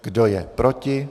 Kdo je proti?